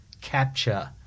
capture